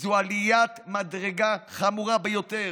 זו עליית מדרגה חמורה ביותר.